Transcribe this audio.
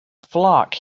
flock